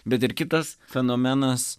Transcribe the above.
bet ir kitas fenomenas